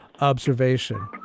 observation